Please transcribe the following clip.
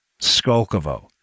Skolkovo